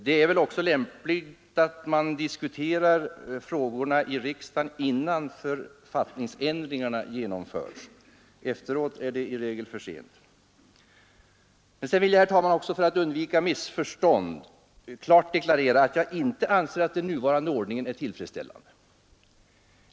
Det är väl lämpligt att man diskuterar frågorna i riksdagen innan författningsändringarna genomförs. Efteråt är det i regel för sent. För att undvika missförstånd vill jag klart deklarera att jag inte anser att den nuvarande ordningen är tillfredsställande.